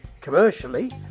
commercially